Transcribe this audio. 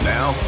Now